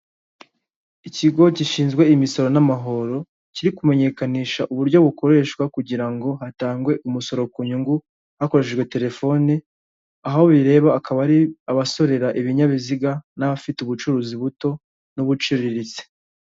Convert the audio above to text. Ikigo gishinzwe imisoro n'amahoro, kiri kumenyekanisha uburyo bukoreshwa kugira ngo hatangwe umusoro ku nyungu hakoreshejwe telefoni, aho bireba akaba ari abasorera ibinyabiziga n'abafite ubucuruzi buto n'ubuciriritse.